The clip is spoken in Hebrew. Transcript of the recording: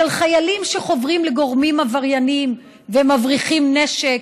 של חיילים שחוברים לגורמים עברייניים ומבריחים נשק